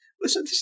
Listen